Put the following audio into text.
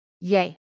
Yay